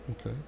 Okay